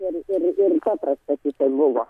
ir paprastas jisai buvo